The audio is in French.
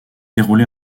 déroulé